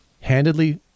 handedly